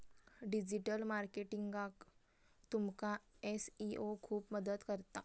digital मार्केटिंगाक तुमका SEO खूप मदत करता